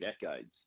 decades